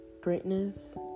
Greatness